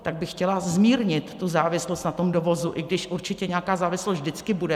Tak bych chtěla zmírnit závislost na tom dovozu, i když určitě nějaká závislost vždycky bude.